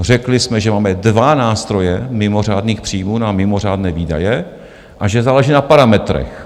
Řekli jsme, že máme dva nástroje mimořádných příjmů na mimořádné výdaje a že záleží na parametrech.